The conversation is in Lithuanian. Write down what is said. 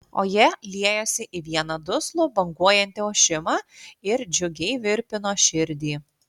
o jie liejosi į vieną duslų banguojantį ošimą ir džiugiai virpino širdį